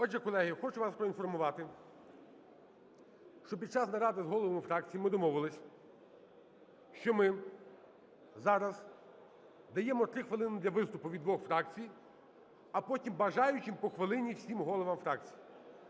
Отже, колеги, хочу вас поінформувати, що під час наради з головами фракцій ми домовилися, що ми зараз даємо 3 хвилини для виступу від двох фракцій, а потім бажаючим по хвилині, всім головам фракцій.